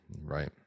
Right